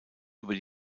über